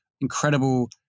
incredible